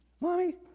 mommy